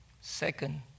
Second